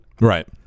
Right